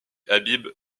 habib